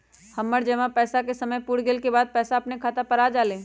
हमर जमा पैसा के समय पुर गेल के बाद पैसा अपने खाता पर आ जाले?